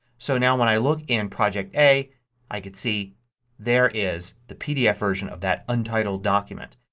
so now when i look in project a i could see there is the pdf version of that untitled document.